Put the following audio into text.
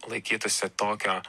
laikytųsi tokio